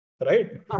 Right